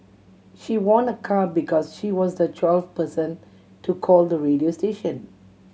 she won a car because she was the twelfth person to call the radio station